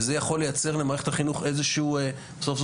וזה יכול לייצר למערכת החינוך איזשהו ---.